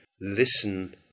listen